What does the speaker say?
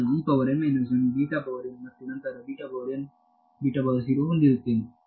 ನಾನು ಮತ್ತು ನಂತರ ಹೊಂದಿರುತ್ತೇನೆ